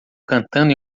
cantando